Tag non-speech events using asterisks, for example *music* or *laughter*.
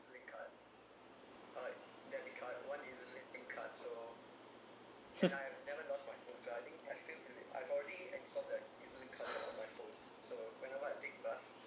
*laughs*